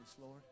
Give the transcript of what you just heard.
Lord